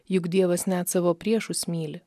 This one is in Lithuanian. juk dievas net savo priešus myli